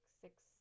six